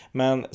men